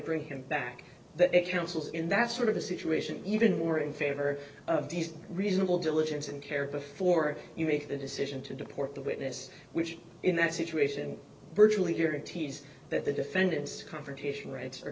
bring him back that a council in that sort of a situation even more in favor of these reasonable diligence and care before you make the decision to deport the witness which in that situation virtually guarantees that the defendants confrontation rights are